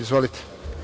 Izvolite.